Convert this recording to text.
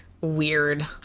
weird